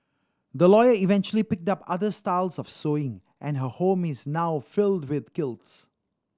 the lawyer eventually picked up other styles of sewing and her home is now filled with quilts